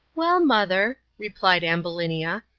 well, mother, replied ambulinia,